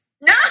No